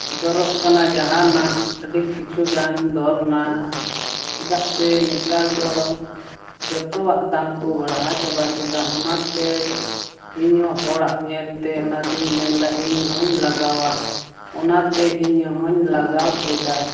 ᱫᱚᱨᱚᱜ ᱠᱟᱱᱟ ᱡᱟᱦᱟᱱᱟᱜ ᱟᱹᱰᱤ ᱠᱤᱪᱷᱩ ᱜᱟᱱ ᱫᱚᱨᱱᱟ ᱪᱮᱫᱟᱜ ᱥᱮ ᱱᱮᱛᱟᱨ ᱫᱚ ᱡᱚᱛᱚᱣᱟᱜ ᱫᱟᱢ ᱠᱚ ᱵᱟᱲᱦᱟᱣ ᱪᱟᱵᱟ ᱠᱮᱫᱟ ᱚᱱᱟᱛᱮ ᱤᱧ ᱦᱚᱲ ᱦᱚᱲᱟᱜ ᱧᱮᱞᱛᱮ ᱚᱱᱟᱛᱮᱧ ᱢᱮᱱᱫᱟ ᱤᱧ ᱦᱚᱧ ᱞᱟᱜᱟᱣᱟ ᱚᱱᱟᱛᱮ ᱤᱧ ᱦᱚᱧ ᱞᱟᱜᱟᱣ ᱠᱮᱫᱟ